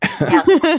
Yes